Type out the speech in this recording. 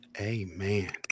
amen